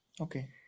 Okay